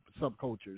subcultures